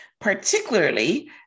particularly